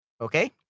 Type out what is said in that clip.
Okay